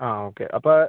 ആ ഓക്കെ അപ്പോൾ